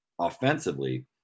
Offensively